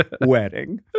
wedding